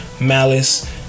malice